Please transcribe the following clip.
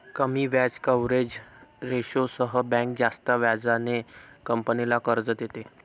कमी व्याज कव्हरेज रेशोसह बँक जास्त व्याजाने कंपनीला कर्ज देते